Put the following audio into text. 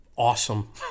awesome